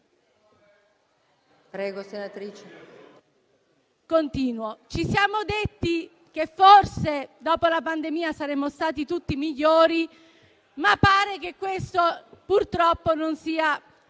Ci siamo detti che, forse, dopo la pandemia saremmo stati tutti migliori, ma pare che ciò purtroppo non sia